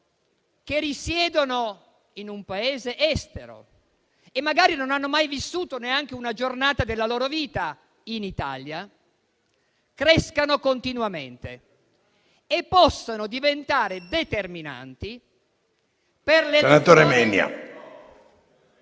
che risiedono in un Paese estero, e che magari non hanno mai vissuto neanche una giornata della loro vita in Italia, crescano continuamente e possano diventare determinanti per l'elezione